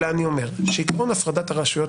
אני רק אומר שעיקרון הפרדת הרשויות